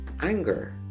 anger